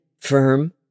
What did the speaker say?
firm